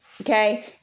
okay